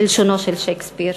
בלשונו של שייקספיר.